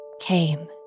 came